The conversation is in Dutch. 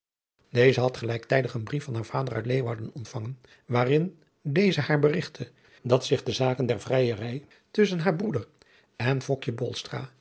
deze had gelijktijdig een brief van haar vader uit leeuwarden ontvangen waarin dezelhaar berigtte dat zich de zaken der vrijerij tusschen haar broeder en